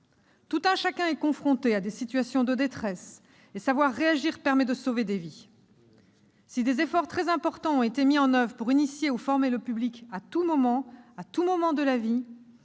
Tout un chacun est confronté à des situations de détresse et savoir réagir permet de sauver des vies. Si des efforts très importants ont été mis en oeuvre pour initier ou former le public à tous les moments de la vie